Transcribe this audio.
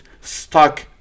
stuck